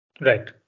Right